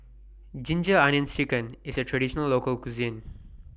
Ginger Onions Chicken IS A Traditional Local Cuisine